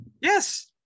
Yes